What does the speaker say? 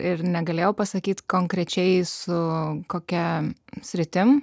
ir negalėjau pasakyt konkrečiai su kokia sritim